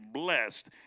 blessed